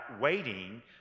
waiting